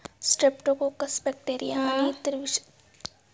Streptococcus bacteria आणि इतर विषाणूंमुळे मॅटिन रोगाचा प्रसार होतो